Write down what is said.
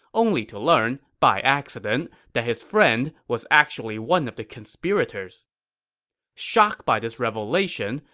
only to learn, by accident, that his friend was actually one of the conspirators shocked by this revelation,